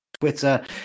Twitter